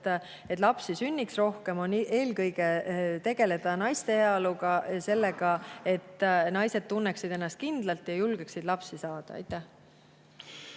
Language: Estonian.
et lapsi sünniks rohkem, on eelkõige tegelemine naiste heaoluga, sellega, et naised tunneksid ennast kindlalt ja julgeksid lapsi saada. Kert